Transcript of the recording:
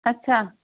اَچھا